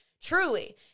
Truly